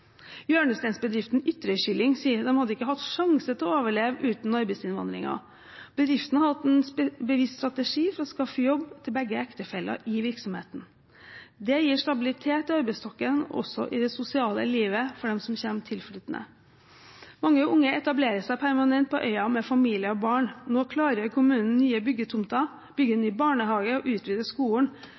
Hjørnesteinsbedriften Ytterøykylling sier at de ikke hadde hatt sjanse til å overleve uten arbeidsinnvandringen. Bedriften har hatt en bevisst strategi for å skaffe jobb til begge ektefeller i virksomheten. Det gir stabilitet i arbeidsstokken og også i det sosiale livet for dem som kommer tilflyttende. Mange unge etablerer seg permanent på øya med familie og barn. Nå klargjør kommunen nye byggetomter, bygger ny barnehage og utvider skolen,